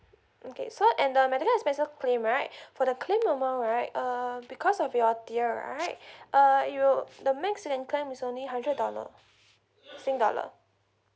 okay so and the medical expenses claim right for the claim amount right uh because of your tier right uh you the max you can claim is only hundred dollar sing dollar